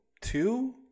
two